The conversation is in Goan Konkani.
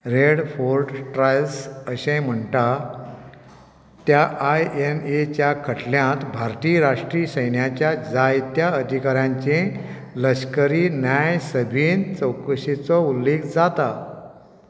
रॅड फोर्ट ट्रायल्स अशें म्हणटा त्या आय एन एच्या खटल्यात भारतीय राष्ट्रीय सैन्याच्या जायत्या अधिकाऱ्यांचे लश्करी न्यायसभेन चवकशेचो उल्लेख जाता